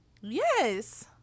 Yes